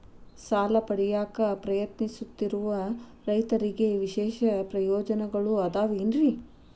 ಸಾಲ ಪಡೆಯಾಕ್ ಪ್ರಯತ್ನಿಸುತ್ತಿರುವ ರೈತರಿಗೆ ವಿಶೇಷ ಪ್ರಯೋಜನಗಳು ಅದಾವೇನ್ರಿ?